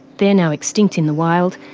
they're now extinct in the wild,